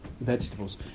vegetables